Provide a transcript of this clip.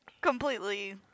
completely